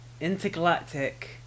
intergalactic